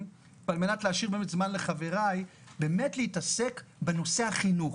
על מנת להתעסק באמת בנושא החינוך,